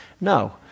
No